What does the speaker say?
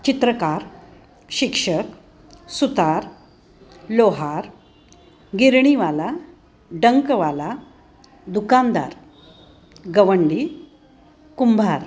चित्रकार शिक्षक सुतार लोहार गिरणीवाला डंकवाला दुकानदार गवंडी कुंभार